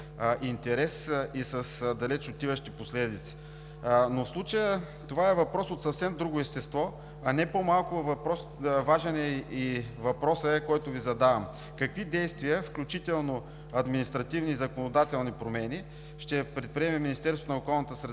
важен е и въпросът, който Ви задавам: какви действия, включително административни и законодателни промени, ще предприеме Министерството на